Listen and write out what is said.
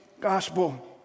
gospel